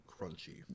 crunchy